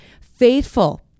faithful